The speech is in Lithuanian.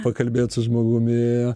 pakalbėt su žmogumi